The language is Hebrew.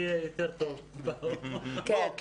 אני